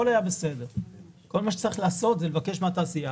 כל מה שצריך לעשות זה לבקש מהתעשייה